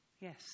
Yes